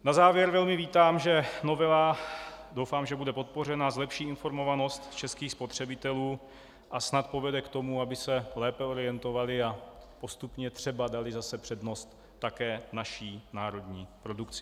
Na závěr velmi vítám, že novela doufám, že bude podpořena zlepší informovanost českých spotřebitelů a snad povede k tomu, aby se lépe orientovali a postupně třeba dali zase přednost také naší národní produkci.